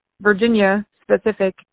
Virginia-specific